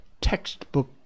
textbook